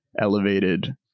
elevated